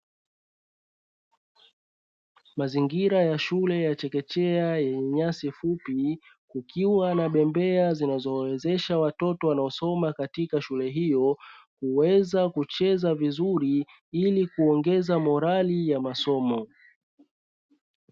Mazingira ya shule ya chekechea yenye nyasi fupi, kukiwa na bembea zinazowawezesha watoto wanaosoma katika shule hiyo kuweza kucheza vizuri ili kuongeza morali ya masomo.